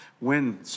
win